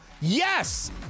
Yes